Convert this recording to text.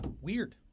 Weird